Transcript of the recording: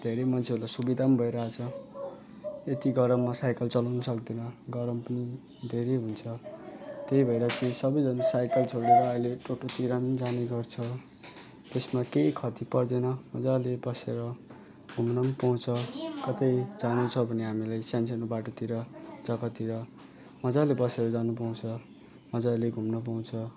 धेरै मान्छेहरूलाई सुविधा पनि भइरहेछ यति गरममा साइकल चलाउन सक्दैन गरम पनि धेरै हुन्छ त्यही भएर चाहिँ सबैजना साइकल छोडेर आहिले टोटोतिर पनि जाने गर्छ त्यसमा केही खती पर्दैन मजाले बसेर घुम्नु पनि पाउँछ कतै जानु छ भने हामीलाई सानो सानो बाटोतिर जग्गातिर मजाले बसेर जानु पाउँछ मजाले घुम्नु पाउँछ